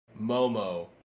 Momo